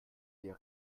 der